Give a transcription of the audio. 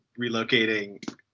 relocating